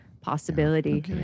possibility